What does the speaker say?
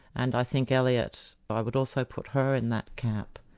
and i think eliot, i would also put her in that cap.